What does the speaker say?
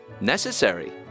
Necessary